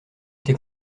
tes